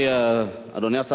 אדוני השר,